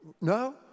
No